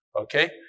okay